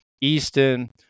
Easton